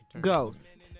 Ghost